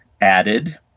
added